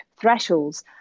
thresholds